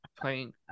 playing